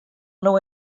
know